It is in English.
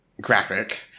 graphic